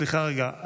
סליחה רגע.